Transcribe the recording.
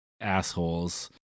assholes